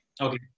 Okay